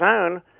own